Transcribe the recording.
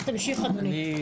תמשיך, אדוני.